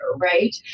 right